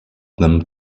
them